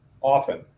often